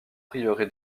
prieuré